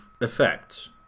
effects